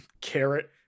carrot